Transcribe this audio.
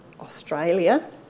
Australia